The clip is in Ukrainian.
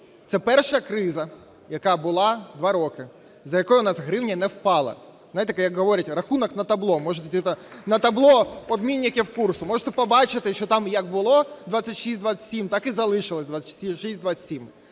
Це перша криза, яка була два роки, за якою у нас гривня не впала. Знаєте, як говорять: рахунок на табло, можете на табло обмінників курсу побачити, що там як було 26-27, так і залишилось 26-27.